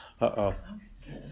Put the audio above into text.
Uh-oh